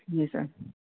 जी sir